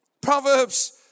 Proverbs